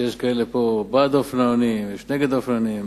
שיש כאלה פה בעד האופנוענים ויש נגד האופנוענים.